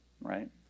right